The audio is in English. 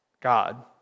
God